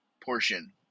portion